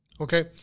Okay